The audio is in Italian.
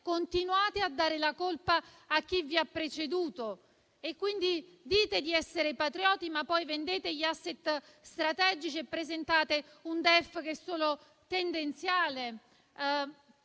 continuate ancora a dare la colpa a chi vi ha preceduto. Dite di essere patrioti, ma poi vendete gli *asset* strategici e presentate un DEF che è solo tendenziale.